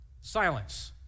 silence